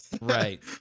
right